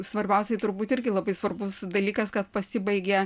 svarbiausia turbūt irgi labai svarbus dalykas kad pasibaigė